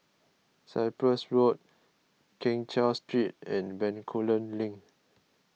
Cyprus Road Keng Cheow Street and Bencoolen Link